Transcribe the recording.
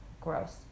gross